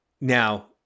Now